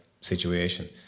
situation